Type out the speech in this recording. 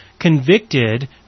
convicted